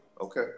okay